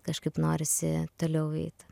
kažkaip norisi toliau eit